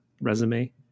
resume